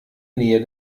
nähe